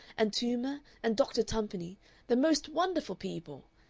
and toomer, and doctor tumpany the most wonderful people!